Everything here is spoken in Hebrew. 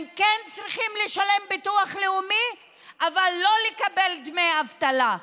הם כן צריכים לשלם ביטוח לאומי אבל לא לקבל דמי אבטלה.